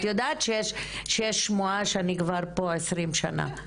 את יודעת שיש שמועה שאני כבר פה 20 שנה,